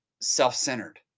self-centered